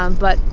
um but,